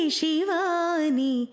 shivani